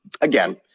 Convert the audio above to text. Again